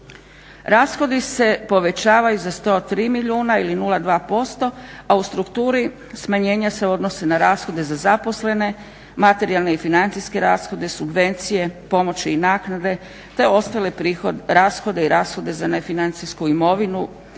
Rashodi se povećavaju za 103 milijuna ili 0,2%, a u strukturi smanjenja se odnose na rashode za zaposlene, materijalne i financijske rashode, subvencije, pomoći i naknade, te ostale rashode i rashode za nefinancijsku imovinu